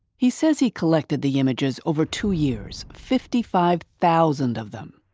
he says he collected the images over two years, fifty five thousand of them,